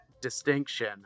distinction